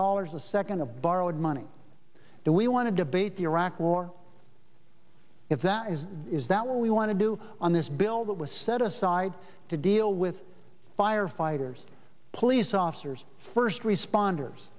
dollars a second of borrowed money do we want to debate the iraq war if that is is that we want to do on this bill that was set aside to deal with firefighters police officers first responders